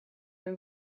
een